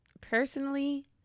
personally